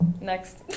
next